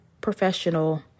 professional